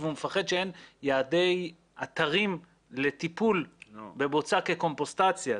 והוא חושש שאין יעדי אתרים לטיפול בבוצה כקומפוסטציה.